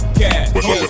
cash